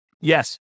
yes